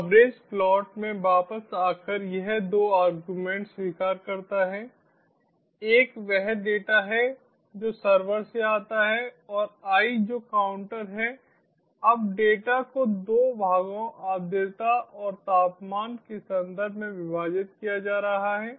coverage plot में वापस आकर यह दो आर्गुमेंट्स स्वीकार करता है एक वह डेटा है जो सर्वर से आता है और I जो काउंटर है अब डेटा को दो भागों आर्द्रता और तापमान के संदर्भ में विभाजित किया जा रहा है